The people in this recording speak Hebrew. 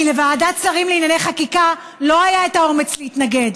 כי לוועדת השרים לענייני חקיקה לא היה האומץ להתנגד.